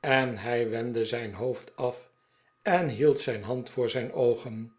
en hij wendde zijn hoofd af en hield zijn hand voor zijn oogen